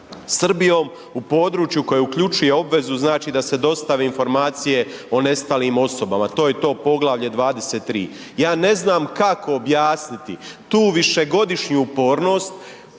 Srbijom u području koja uključuje obvezu, znači da se dostavi informacije o nestalim osobama. To je to poglavlje 23. Ja ne znam, kako objasniti tu višegodišnju upornost